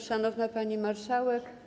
Szanowna Pani Marszałek!